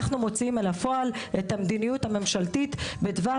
אנחנו מוציאים לפועל את המדיניות הממשלתית בדבר